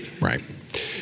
right